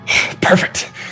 Perfect